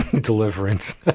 deliverance